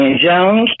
Jones